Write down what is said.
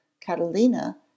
Catalina